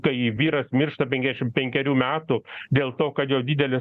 kai vyras miršta penkiasdešim penkerių metų dėl to kad jo didelis